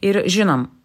ir žinom